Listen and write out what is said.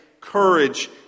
courage